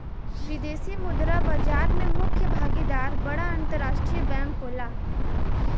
विदेशी मुद्रा बाजार में मुख्य भागीदार बड़ा अंतरराष्ट्रीय बैंक होला